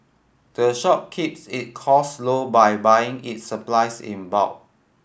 the shop keeps it costs low by buying its supplies in bulk